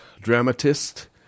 dramatist